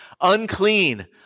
unclean